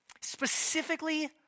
Specifically